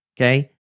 okay